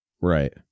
right